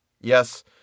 Yes